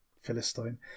Philistine